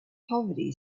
poverty